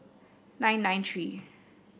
nine nine three